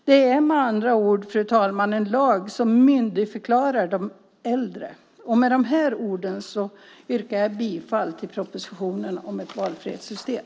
Det är med andra ord, fru talman, en lag som myndigförklarar de äldre. Med de här orden yrkar jag bifall till propositionen om ett valfrihetssystem.